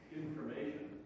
information